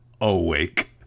awake